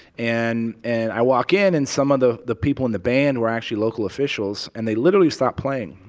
and and i walk in, and some of the the people in the band were actually local officials, and they literally stopped playing.